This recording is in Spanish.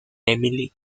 emily